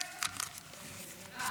לרשותך,